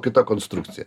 kita konstrukcija